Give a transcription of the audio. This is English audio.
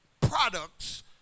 products